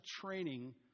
training